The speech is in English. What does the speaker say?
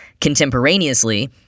Contemporaneously